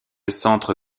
centre